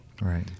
right